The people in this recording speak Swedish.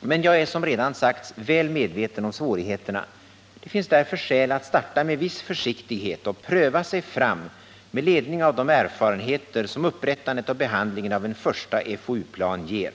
Jag är som redan nämnts väl medveten om svårigheterna. Det finns därför skäl att starta med viss försiktighet och pröva sig fram med ledning av de erfarenheter som upprättandet och behandlingen av en första FoU-plan ger.